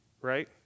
right